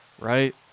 right